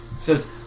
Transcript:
says